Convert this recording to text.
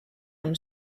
amb